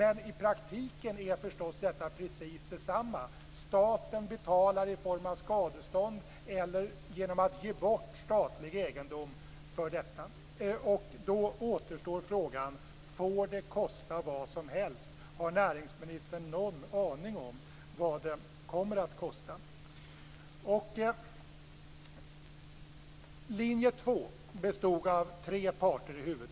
I praktiken är detta förstås precis detsamma. Staten betalar för detta i form av skadestånd eller genom att ge bort statlig egendom. Då återstår frågan om det får kosta vad som helst. Har näringsministern någon aning om vad det kommer att kosta?